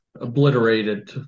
obliterated